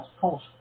false